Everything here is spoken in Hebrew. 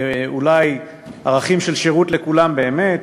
אולי עם ערכים של שירות לכולם באמת,